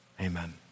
Amen